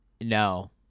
no